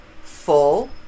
full